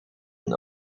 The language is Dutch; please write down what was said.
een